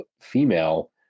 female